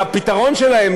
הפתרון שלהם,